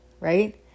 right